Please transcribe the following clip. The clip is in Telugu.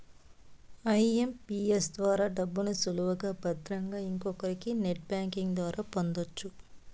ఐఎంపీఎస్ ద్వారా డబ్బుని సులువుగా భద్రంగా ఇంకొకరికి నెట్ బ్యాంకింగ్ ద్వారా పొందొచ్చు